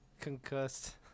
Concussed